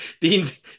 Dean's